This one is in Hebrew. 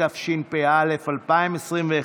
התשפ"א 2021,